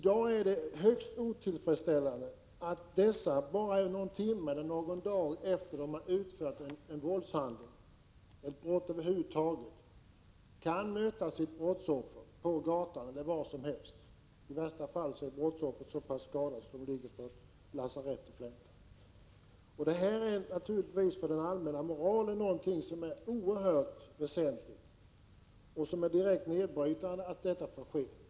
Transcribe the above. Det är högst otillfredsställande att dessa bara någon timme eller någon dag efter det att de har utfört en våldshandling, eller ett brott över huvud taget, kan möta sina brottsoffer på gatan eller var som helst — i värsta fall är brottsoffren så pass skadade att de ligger på lasarettet. För den allmänna moralen är detta naturligtvis oerhört väsentligt — det är direkt nedbrytande att det får förekomma.